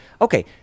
okay